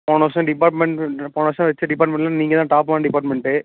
போன வருஷம் டிப்பார்ட்மெண்ட் போன வருஷம் வச்ச டிப்பார்ட்மெண்ட்டில் நீங்க தான் டாப்பான டிப்பார்ட்மெண்ட்டு